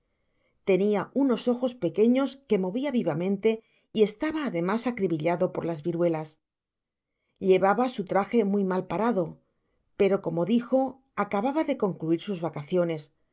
tenia unos ojos pequeños que movia vivamente y estaba además acribillado por las viruelas llevaba su traje muy mal parado pero como dijo acababa de concluir sus vadaciones